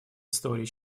истории